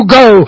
go